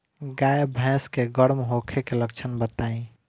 गाय भैंस के गर्म होखे के लक्षण बताई?